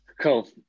Cool